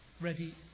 ready